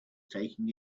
taking